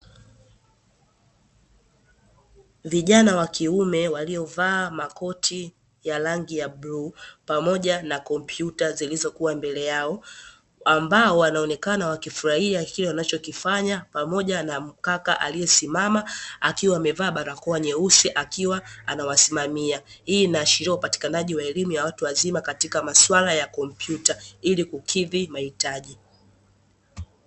Vijana wa kiume waliovaa makoti ya rangi ya bluu, pamoja na kompyuta zilizokuwa mbele yao ambao wanaonekana wakifurahia kile wanachokifanya. Pamoja na mkaka aliyesimama akiwa amevaa barakoa nyeusi akiwa anawasimamia. Hii inaashiria upatikanaji wa elimu ya watu wazima katika maswala ya kompyuta ili kukidhi mahitaji.